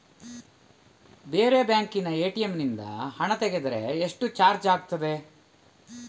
ಬೇರೆ ಬ್ಯಾಂಕಿನ ಎ.ಟಿ.ಎಂ ನಿಂದ ಹಣ ತೆಗೆದರೆ ಎಷ್ಟು ಚಾರ್ಜ್ ಆಗುತ್ತದೆ?